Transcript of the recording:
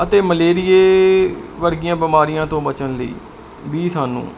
ਅਤੇ ਮਲੇਰੀਏ ਵਰਗੀਆਂ ਬਿਮਾਰੀਆਂ ਤੋਂ ਬਚਣ ਲਈ ਵੀ ਸਾਨੂੰ